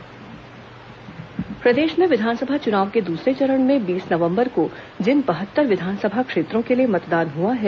EVM strong room प्रदेश में विधानसभा चुनाव के दूसरे चरण में बीस नवम्बर को जिन बहत्तर विधानसभा क्षेत्रों के लिए मतदान हआ है